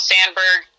Sandberg